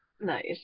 Nice